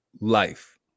life